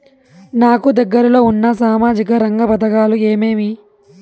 నాకు దగ్గర లో ఉన్న సామాజిక రంగ పథకాలు ఏమేమీ?